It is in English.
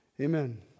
Amen